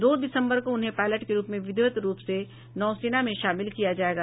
दो दिसम्बर को उन्हें पायलट के रूप में विधिवत रूप से नौसेना में शामिल किया जायेगा